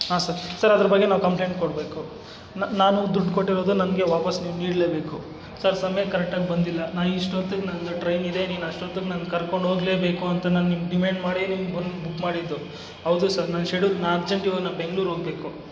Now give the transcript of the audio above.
ಹಾಂ sir sir ಅದ್ರ ಬಗ್ಗೆ ನಾವು ಕಂಪ್ಲೇಂಟ್ ಕೊಡಬೇಕು ನಾನು ದುಡ್ಡು ಕೊಟ್ಟಿರೋದು ನನಗೆ ವಾಪಸ್ ನೀವು ನೀಡಲೇಬೇಕು ಸರ್ ಸಮ್ಯಕ್ಕೆ ಕರೆಟಾಗಿ ಬಂದಿಲ್ಲ ನಾನು ಇಷ್ಟೊತ್ತಿಗೆ ನಂದು ಟ್ರೈನ್ ಇದೆ ನೀನು ಅಷ್ಟೊತ್ತಿಗೆ ನನ್ನ ಕರ್ಕೊಂಡು ಹೋಗ್ಲೇಬೇಕು ಅಂತ ನಾನು ನಿಮ್ಗೆ ಡಿಮ್ಯಾಂಡ್ ಮಾಡಿ ನಿಮ್ಗೆ ಬಂದು ಬುಕ್ ಮಾಡಿದ್ದು ಹೌದು ಸರ್ ನನ್ನ ಶೆಡ್ಯೂಲ್ ನಾ ಅರ್ಜೆಂಟ್ ಇವಾಗ ನಾ ಬೆಂಗ್ಳೂರು ಹೋಗ್ಬೇಕು